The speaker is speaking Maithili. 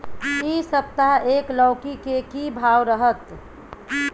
इ सप्ताह एक लौकी के की भाव रहत?